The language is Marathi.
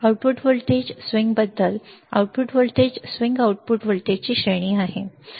आउटपुट व्होल्टेज स्विंग बद्दल आउटपुट व्होल्टेज स्विंग आउटपुट व्होल्टेजची श्रेणी आहे बरोबर